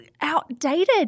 outdated